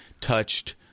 touched –